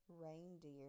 Reindeer